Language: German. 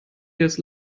das